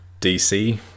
DC